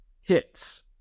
hits